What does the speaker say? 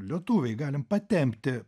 lietuviai galim patempti